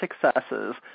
successes